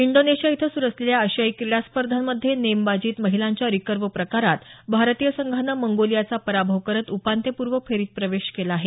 Indonesia इथं सुरु असलेल्या आशियाई क्रीडा स्पर्धांमध्ये नेमबाजीत महिलांच्या रिकर्व प्रकारात भारतीय संघानं मंगोलियाचा पराभव करत उपान्त्यपूर्व फेरीत प्रवेश केला आहे